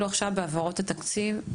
אפילו עכשיו בהעברות התקציב,